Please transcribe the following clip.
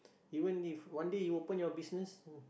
even if one day you open your business